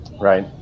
Right